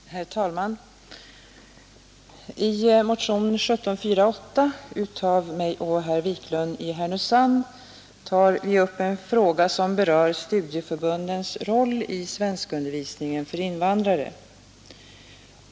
Herr talman! I motionen 1748 av mig och herr Wiklund i Härnösand tar vi upp en fråga som berör studieförbundens roll i svenskundervisningen för invandrare.